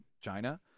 China